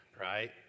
Right